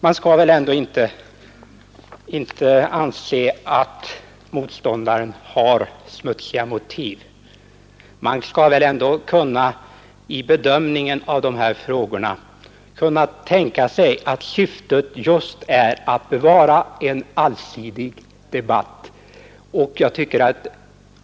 Man bör väl inte anse att motståndarna bara har smutsiga motiv, utan man bör väl ändå vid bedömningen av de här frågorna kunna tänka sig att syftet just är att bevara en allsidig debatt.